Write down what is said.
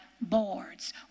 boards